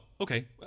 okay